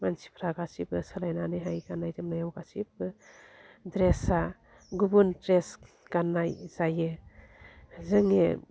मानसिफ्रा गासिबो सोलायनानैहाय गान्नाय जोमनायाव गासिब्बो ड्रेसआ गुबुन ड्रेस गान्नाय जायो जोंनि